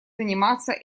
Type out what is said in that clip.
заниматься